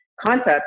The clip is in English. concept